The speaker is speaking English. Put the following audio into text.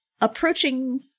approaching